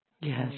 Yes